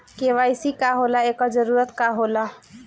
KYC का होला एकर जरूरत का होला?